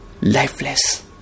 lifeless